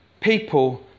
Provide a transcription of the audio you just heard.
People